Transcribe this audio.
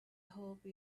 hope